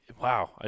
wow